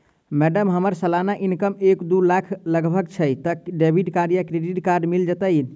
Madam हम्मर सलाना income एक दु लाख लगभग छैय तऽ डेबिट कार्ड आ क्रेडिट कार्ड मिल जतैई नै?